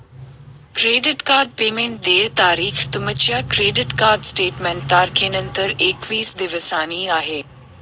credit card payment देय तारीख तुमच्या क्रेडिट कार्ड स्टेटमेंट तारखेनंतर एकवीस दिवसांनी आहे